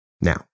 Now